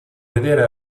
vedere